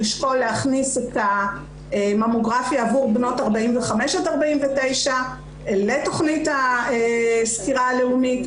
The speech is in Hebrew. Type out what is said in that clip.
לשקול להכניס את הממוגרפיה עבור בנות 45 עד 49 לתוכנית הסקירה הלאומית,